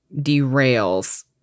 derails